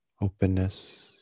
openness